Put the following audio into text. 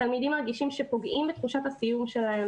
התלמידים מרגישים שפוגעים בתחושת הסיום שלהם